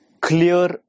clear